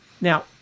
Now